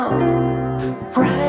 Right